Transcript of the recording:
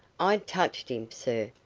i touched him, sir,